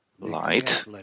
light